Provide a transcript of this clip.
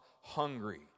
hungry